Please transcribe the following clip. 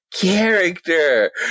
character